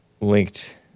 Linked